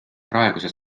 praegused